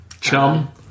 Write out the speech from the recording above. Chum